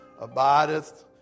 abideth